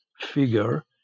figure